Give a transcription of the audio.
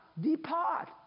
Depart